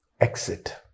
exit